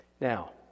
Now